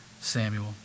Samuel